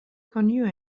connus